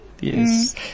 Yes